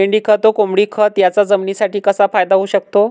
लेंडीखत व कोंबडीखत याचा जमिनीसाठी कसा फायदा होऊ शकतो?